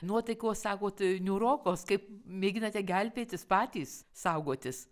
nuotaikos sakot niūrokos kaip mėginate gelbėtis patys saugotis